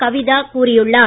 கவிதா கூறியுள்ளார்